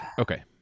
Okay